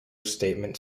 statement